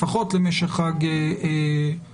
לפחות למשך חג הסוכות,